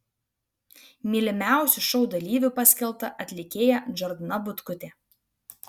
mylimiausiu šou dalyviu paskelbta atlikėja džordana butkutė